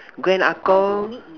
grand ah-Gong